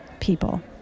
people